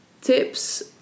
tips